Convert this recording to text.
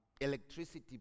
electricity